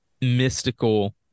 mystical